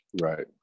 Right